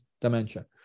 dementia